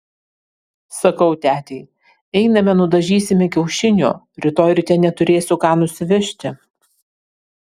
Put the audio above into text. sakau tetei einame nudažysime kiaušinių rytoj ryte neturėsiu ką nusivežti